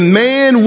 man